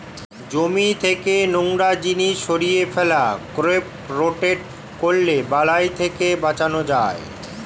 জমি থেকে নোংরা জিনিস সরিয়ে ফেলা, ক্রপ রোটেট করলে বালাই থেকে বাঁচান যায়